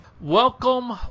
Welcome